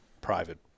private